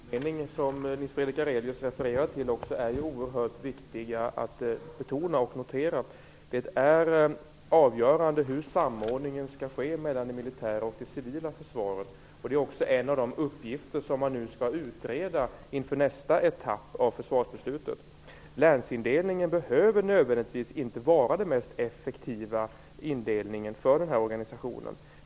Fru talman! Det som Nils Fredrik Aurelius refererade till är det viktigt att betona och notera. Hur samordningen mellan det militära och det civila försvaret skall ske är avgörande. Det är också en av de uppgifter som skall utredas inför nästa etapp av försvarsbeslutet. Länsindelningen behöver nödvändigtvis inte vara den effektivaste indelningen för den här organisationen.